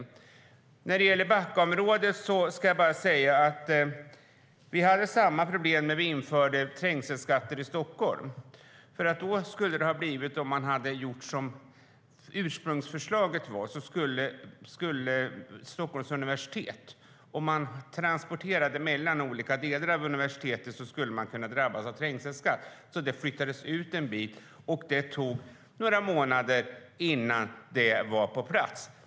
När det gäller Backaområdet kan jag säga att vi hade samma problem när vi införde trängselskatt i Stockholm. Enligt ursprungsförslaget skulle man vid transporter mellan olika delar av Stockholms universitet ha kunnat drabbas av trängselskatt. Därför ändrades det lite grann, och det tog några månader innan det var på plats.